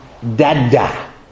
Dada